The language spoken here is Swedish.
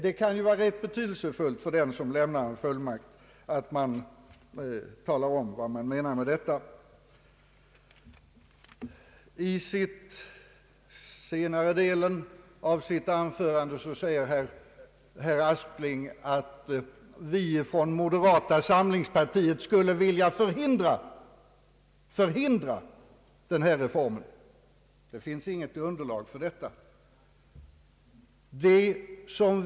Det kan vara rätt betydelsefullt för den som får en fullmakt att veta vad som menas. I senare delen av sitt anförande sade statsrådet Aspling att vi från moderata samlingspartiet skulle vilja förhindra denna reform. Det finns inget underlag för ett sådant uttalande.